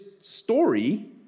story